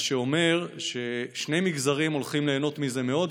מה שאומר ששני מגזרים הולכים ליהנות מזה מאוד,